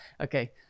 Okay